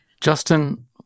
Justin